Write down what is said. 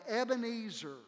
Ebenezer